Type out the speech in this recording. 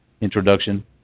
introduction